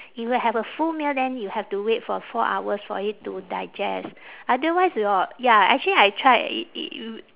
you will have a full meal then you have to wait for four hours for it to digest otherwise your ya actually I tried i~ i~ y~